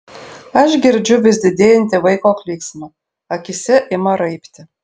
aš girdžiu vis didėjantį vaiko klyksmą akyse ima raibti